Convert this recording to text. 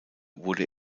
wurde